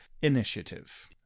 initiative